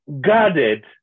guarded